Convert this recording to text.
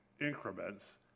increments